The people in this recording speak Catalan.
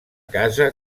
casa